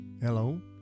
Hello